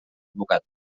advocat